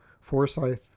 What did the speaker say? Forsyth